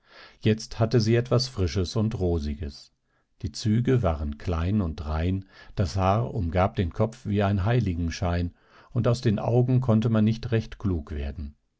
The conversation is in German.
jetzt hatte sie etwas frisches und rosiges die züge waren klein und rein das haar umgab den kopf wie ein heiligenschein und aus den augen konnte man nicht recht klug werden